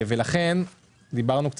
כולנו מבינים את